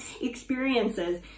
experiences